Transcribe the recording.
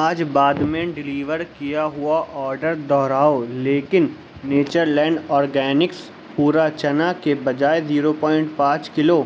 آج بعد میں ڈیلیور کیا ہوا آڈر دوہراؤ لیکن نیچر لینڈ اورگینکس پورا چنا کے بجائے زیرو پوائنٹ پانچ کلو